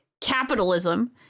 capitalism